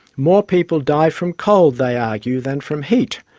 more people die from cold, they argue, than from heat,